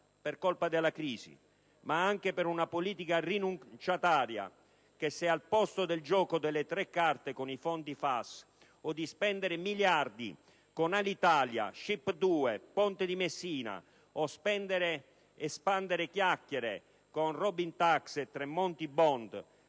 per colpa della crisi, ma anche per una politica rinunciataria; infatti, se al posto del gioco delle tre carte con i fondi FAS o di spendere miliardi con Alitalia, SCIP 2, Ponte di Messina, o spendere e spandere chiacchiere con Robin tax e Tremonti *bond*,